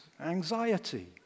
anxiety